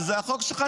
שזה החוק שלך,